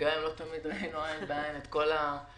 גם אם לא תמיד ראינו עין בעין את כל הדברים,